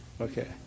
Okay